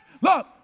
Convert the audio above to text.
look